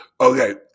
Okay